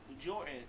Jordan